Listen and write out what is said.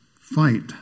fight